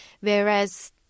whereas